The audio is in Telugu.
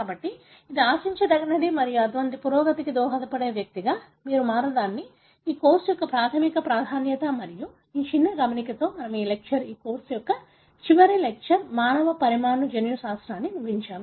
కాబట్టి ఇది ఆశించదగినది మరియు అటువంటి పురోగతికి దోహదపడే వ్యక్తిగా మీరు మారడానికి ఈ కోర్సు యొక్క ప్రాధమిక ప్రాధాన్యత మరియు ఆ చిన్న గమనికతో మనము ఈ లెక్చర్ ఈ కోర్సు యొక్క చివరి లెక్చర్ మానవ పరమాణు జన్యుశాస్త్రం ముగించాము